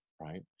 right